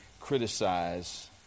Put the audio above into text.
criticize